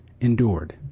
endured